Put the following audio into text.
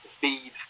feed